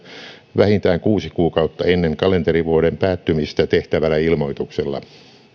vähintään kuusi kuukautta ennen kalenterivuoden päättymistä tehtävällä ilmoituksella